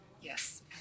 Yes